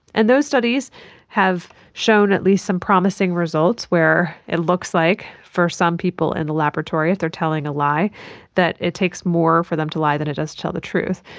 and those studies have shown at least some promising results where it looks like for some people in the laboratory if they are telling a lie that it takes more for them to lie than it does to tell the truth.